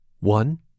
One